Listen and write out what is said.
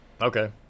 Okay